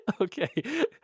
Okay